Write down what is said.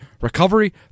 recovery